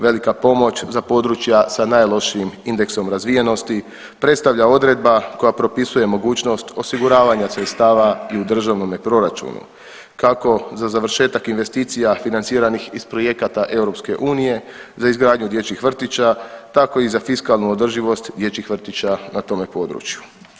Velika pomoć za područja sa najlošijim indeksom razvijenosti predstavlja odredba koja propisuje mogućnost osiguravanja sredstava i u državnome proračunu kako za završetak investicija financiranih iz projekata EU za izgradnju dječjih vrtića tako i za fiskalnu održivost dječjih vrtića na tome području.